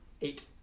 Eight